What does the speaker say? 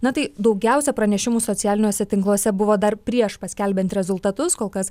na tai daugiausia pranešimų socialiniuose tinkluose buvo dar prieš paskelbiant rezultatus kol kas